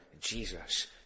Jesus